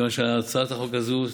מכיוון שהצעת החוק הזאת,